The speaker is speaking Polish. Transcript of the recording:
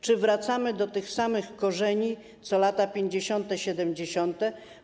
Czy wracamy do tych samych korzeni co w latach 50., 70.